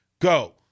Go